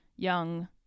young